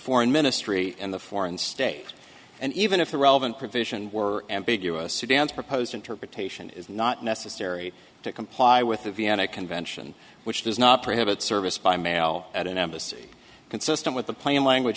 foreign ministry in the foreign state and even if the relevant provisions were ambiguous sudan's proposed interpretation is not necessary to comply with the vienna convention which does not prohibit service by mail at an embassy consistent with the plain language